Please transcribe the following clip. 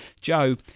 Joe